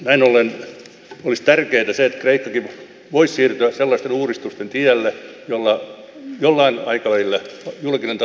näin ollen olisi tärkeää se että kreikkakin voisi siirtyä sellaisten uudistusten tielle joilla jollain aikavälillä julkinen talous saadaan kuntoon